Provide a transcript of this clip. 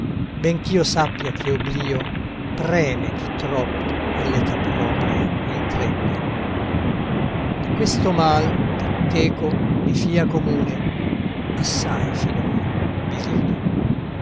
ben ch'io sappia che obblio preme chi troppo all'età propria increbbe di questo mal che teco mi fia comune assai finor mi rido